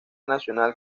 national